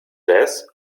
jazz